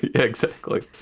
exactly